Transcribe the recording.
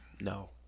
No